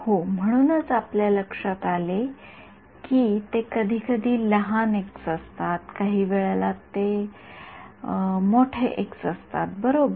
हो म्हणूनच आपल्या लक्षात आले की ते कधीकधी ते लहान एक्स असतात काहीवेळा ते एक्स असतात बरोबर